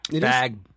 Bag